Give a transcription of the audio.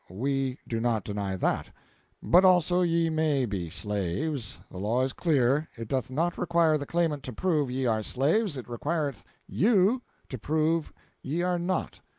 we do not deny that but also ye may be slaves. the law is clear it doth not require the claimant to prove ye are slaves, it requireth you to prove ye are not.